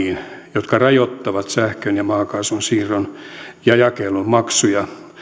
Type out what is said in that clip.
jotka rajoittavat sähkön ja maakaasun siirron ja jakelun maksujen